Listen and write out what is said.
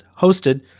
hosted